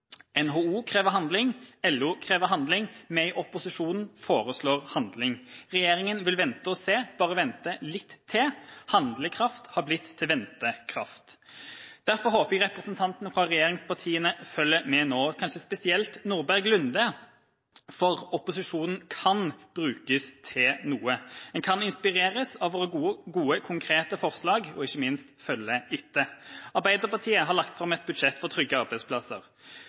NHO krever handling, LO krever handling, vi i opposisjonen foreslår handling. Regjeringa vil vente og se, bare vente litt til. Handlekraft har blitt til ventekraft. Derfor håper jeg representantene fra regjeringspartiene følger med nå, og kanskje spesielt Nordby Lunde. For opposisjonen kan brukes til noe: En kan inspireres av våre gode, konkrete forslag, og ikke minst følge etter. Arbeiderpartiet har lagt fram et budsjett for trygge arbeidsplasser.